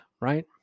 right